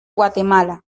guatemala